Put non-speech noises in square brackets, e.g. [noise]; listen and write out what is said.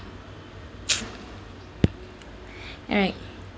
[noise] alright